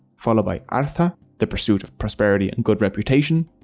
followed by artha, the pursuit of prosperity and good reputation.